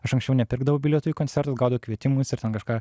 aš anksčiau nepirkdavau bilietų į koncertus gaudavau kvietimus ir ten kažką